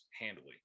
handily